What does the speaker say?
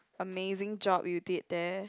amazing job you did there